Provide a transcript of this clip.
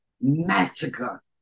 massacre